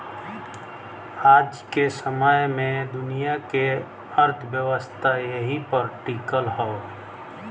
आज के समय मे दुनिया के अर्थव्यवस्था एही पर टीकल हौ